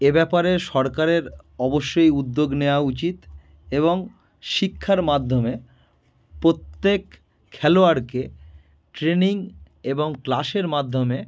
এ ব্যাপারে সরকারের অবশ্যই উদ্যোগ নেওয়া উচিত এবং শিক্ষার মাধ্যমে প্রত্যেক খেলোয়াড়কে ট্রেনিং এবং ক্লাসের মাধ্যমে